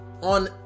on